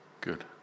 Good